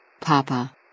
Papa